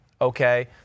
okay